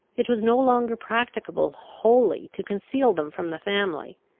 it was no longer practicable wholly to conceal them from the family,